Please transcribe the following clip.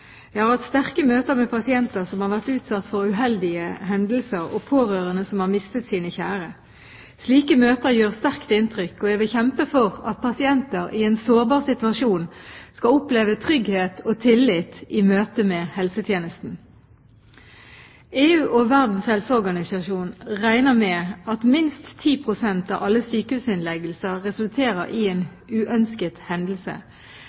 Jeg har hatt sterke møter med pasienter som har vært utsatt for uheldige hendelser, og pårørende som har mistet sine kjære. Slike møter gjør sterkt inntrykk, og jeg vil kjempe for at pasienter i en sårbar situasjon skal oppleve trygghet og tillit i møte med helsetjenesten. EU og Verdens helseorganisasjon regner med at minst 10 pst. av alle sykehusinnleggelser resulterer i en uønsket hendelse